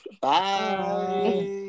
Bye